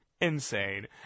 insane